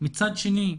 מצד שני,